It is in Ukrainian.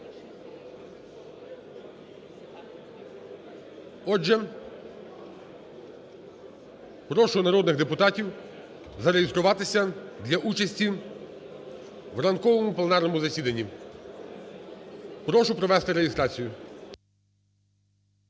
Отже, прошу народних депутатів зареєструватися для участі в ранковому пленарному засіданні. Прошу провести реєстрацію.